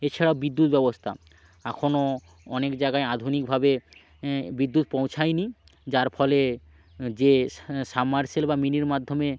এছাড়াও বিদ্যুৎ ব্যবস্থা এখনও অনেক জায়গায় আধুনিকভাবে বিদ্যুৎ পৌঁছায়নি যার ফলে যে সাবমার্সিবল বা মিনির মাধ্যমে